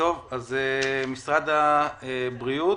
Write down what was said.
משרד הבריאות,